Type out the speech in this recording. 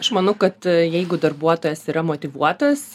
aš manau kad jeigu darbuotojas yra motyvuotas